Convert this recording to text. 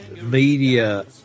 media